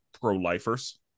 pro-lifers